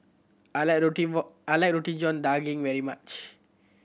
I like roti I like Roti John Daging very much